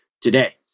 today